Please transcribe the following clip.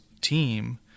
team